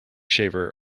shaver